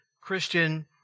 Christian